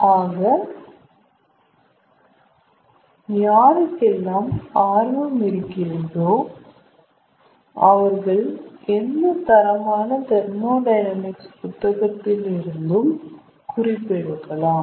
ஆக யாருக்கெல்லாம் ஆர்வம் இருக்கிறதோ அவர்கள் எந்த தரமான தெர்மோடையனாமிக்ஸ் புத்தகத்தில் இருந்தும் குறிப்பெடுக்கலாம்